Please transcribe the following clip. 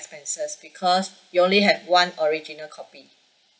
expenses because you only had one original copy